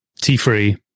T3